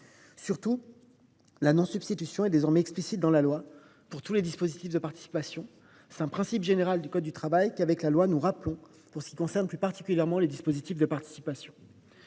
principe de non substitution est désormais explicite dans la loi pour tous les dispositifs de participation. Il s’agit d’un principe général du code du travail que nous rappelons dans la loi s’agissant plus particulièrement des dispositifs de participation.